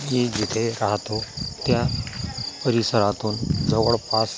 मी जिथे राहतो त्या परिसरातून जवळपास